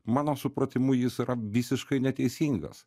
mano supratimu jis yra visiškai neteisingas